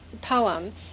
poem